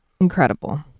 incredible